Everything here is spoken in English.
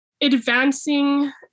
advancing